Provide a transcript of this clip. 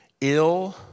Ill